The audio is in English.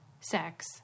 sex